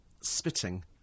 Spitting